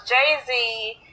Jay-Z